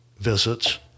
visits